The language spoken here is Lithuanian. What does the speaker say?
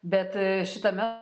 bet šitame